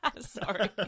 sorry